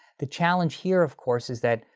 the challenge here, of course, is that,